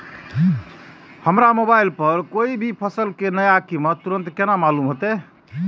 हमरा मोबाइल पर कोई भी फसल के नया कीमत तुरंत केना मालूम होते?